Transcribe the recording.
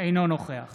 אינו נוכח